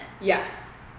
Yes